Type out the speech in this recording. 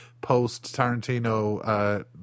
post-Tarantino